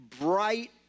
bright